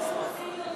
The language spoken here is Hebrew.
תגיד את זה על,